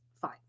fine